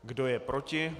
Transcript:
Kdo je proti?